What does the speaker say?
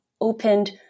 opened